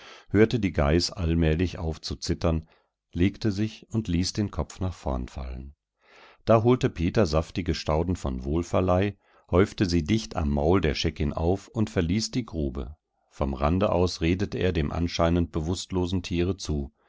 hörte die geiß allmählich auf zu zittern legte sich und ließ den kopf nach vorn fallen da holte peter saftige stauden von wohlverleih häufte sie dicht am maul der scheckin auf und verließ die grube vom rande aus redete er dem anscheinend bewußtlosen tiere zu